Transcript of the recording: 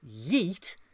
yeet